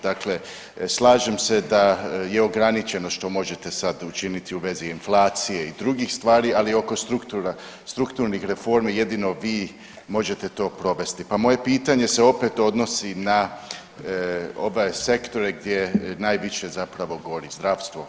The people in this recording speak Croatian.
Dakle slažem se da je ograničeno što možete sad učiniti u vezi inflacije i drugih stvari, ali oko strukturnih reformi jedino vi možete to provesti, pa moje pitanje se opet odnosi na ove sektore gdje najviše zapravo gori, zdravstvo.